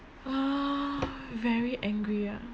!wah! very angry ah